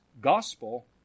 gospel